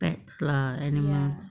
pets lah animals